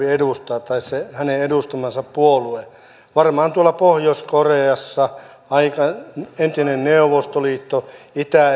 mustajärvi edustaa tai hänen edustamansa puolue varmaan tuolla pohjois koreassa entisessä neuvostoliitossa itä